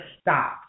stop